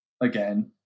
again